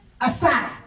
aside